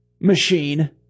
machine